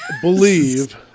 Believe